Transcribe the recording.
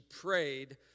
prayed